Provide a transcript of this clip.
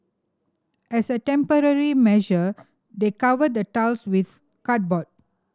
as a temporary measure they covered the tiles with cardboard